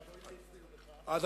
לכן,